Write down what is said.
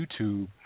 youtube